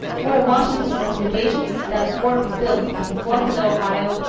one of washington's recommendations, that a fort be built at the fork of the ohio,